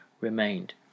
remained